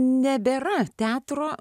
nebėra teatro